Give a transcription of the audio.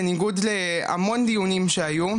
בניגוד להמון דיונים שהיו,